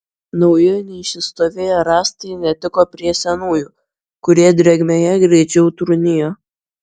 nauji neišsistovėję rąstai netiko prie senųjų kurie drėgmėje greičiau trūnijo